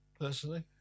personally